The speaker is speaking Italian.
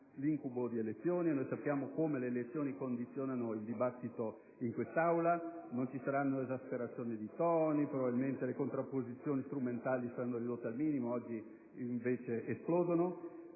l'incubo di elezioni; e noi sappiamo come le elezioni condizionino il dibattito in quest'Aula. Non ci saranno esasperazioni di toni e, probabilmente, le contrapposizioni strumentali saranno ridotte al minimo, mentre oggi invece esplodono.